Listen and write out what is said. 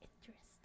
Interesting